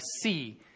see